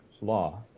law